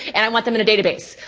and i want them in a database.